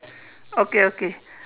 okay okay